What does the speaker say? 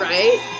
Right